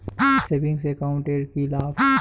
Savings account এর কি লাভ?